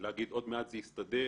ולהגיד, עוד מעט זה יסתדר,